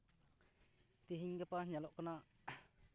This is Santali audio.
ᱛᱤᱦᱤᱧ ᱜᱟᱯᱟ ᱧᱮᱞᱚᱜ ᱠᱟᱱᱟ